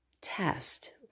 test